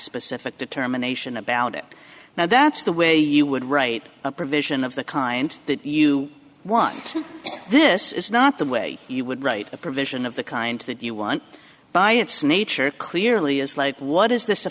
specific determination about it now that's the way you would write a provision of the kind that you want this is not the way you would write a provision of the kind that you want by its nature clearly is like what is this